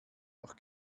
noch